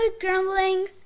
grumbling